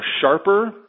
sharper